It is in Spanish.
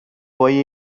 voy